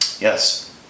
yes